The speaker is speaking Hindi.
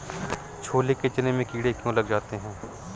छोले चने में कीड़े क्यो लग जाते हैं?